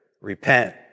repent